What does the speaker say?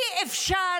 אי-אפשר